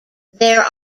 there